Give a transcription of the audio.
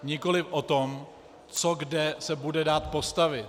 Nikoliv o tom, co kde se bude dát postavit.